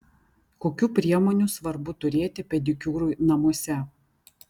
kokių priemonių svarbu turėti pedikiūrui namuose